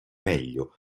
meglio